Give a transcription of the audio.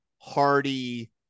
hardy